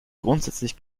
grundsätzlich